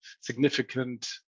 significant